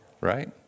right